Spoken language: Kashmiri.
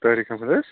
طاریق احمد حظ